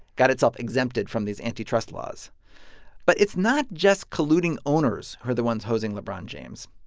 got itself exempted from these antitrust laws but it's not just colluding owners who are the ones hosing lebron james.